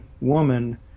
woman